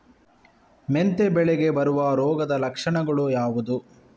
ಮೆಂತೆ ಬೆಳೆಗೆ ಬರುವ ರೋಗದ ಲಕ್ಷಣಗಳು ಯಾವುದು?